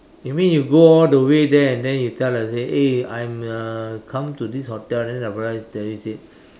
you mean you go all the way there and then you tell let's say eh I'm uh come to this hotel then the tell you say